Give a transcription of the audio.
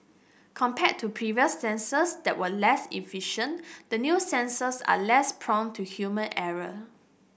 compared to previous sensors that were less efficient the new sensors are less prone to human error